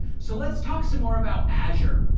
so let's talk some more about azure.